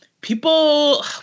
people